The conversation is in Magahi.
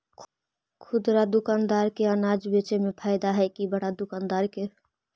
खुदरा दुकानदार के अनाज बेचे में फायदा हैं कि बड़ा दुकानदार के?